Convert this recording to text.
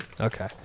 Okay